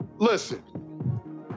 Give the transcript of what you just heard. Listen